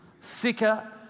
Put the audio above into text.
sicker